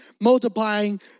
multiplying